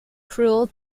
cruel